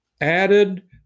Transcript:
added